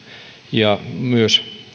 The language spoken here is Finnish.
ja myös